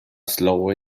slower